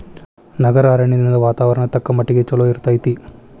ನಗರ ಅರಣ್ಯದಿಂದ ವಾತಾವರಣ ತಕ್ಕಮಟ್ಟಿಗೆ ಚಲೋ ಇರ್ತೈತಿ